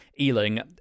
Ealing